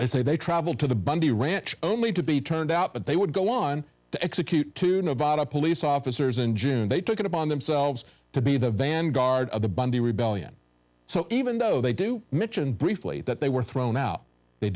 i say they travel to the bundy ranch only to be turned out but they would go on to execute to nevada police officers in june they took it upon themselves to be the vanguard of the bundy rebellion so even though they do michonne briefly that they were thrown out they